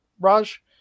Raj